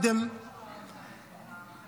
(אומר דברים בשפה הערבית,